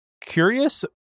curious